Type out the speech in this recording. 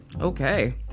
Okay